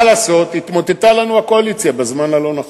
מה לעשות, התמוטטה לנו הקואליציה בזמן הלא-נכון.